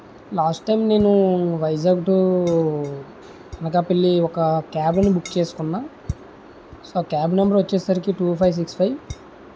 last time నేను Vizag to Anakapalli ఒక క్యాబ్ని బుక్ చేసుకున్న సో క్యాబ్ నెంబర్ వచ్చేసరికి టూ ఫైవ్ సిక్స్ ఫైవ్